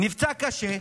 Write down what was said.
נפצע קשה,